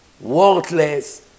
worthless